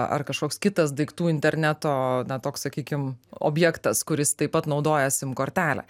ar kažkoks kitas daiktų interneto na toks sakykim objektas kuris taip pat naudoja sim kortelę